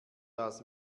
das